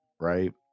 right